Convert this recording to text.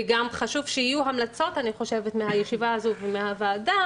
גם חשוב שיהיו המלצות מהישיבה הזאת ומהוועדה,